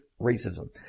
racism